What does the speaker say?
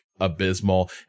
abysmal